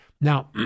Now